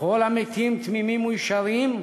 וכל המתים תמימים וישרים,